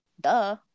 duh